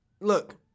look